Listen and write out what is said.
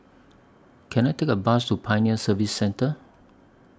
Can I Take A Bus to Pioneer Service Centre